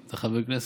אתה חבר כנסת,